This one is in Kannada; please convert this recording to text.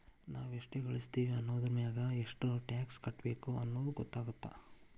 ನಾವ್ ಎಷ್ಟ ಗಳಸ್ತೇವಿ ಅನ್ನೋದರಮ್ಯಾಗ ಎಷ್ಟ್ ಟ್ಯಾಕ್ಸ್ ಕಟ್ಟಬೇಕ್ ಅನ್ನೊದ್ ಗೊತ್ತಾಗತ್ತ